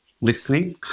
listening